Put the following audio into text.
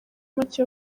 make